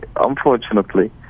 Unfortunately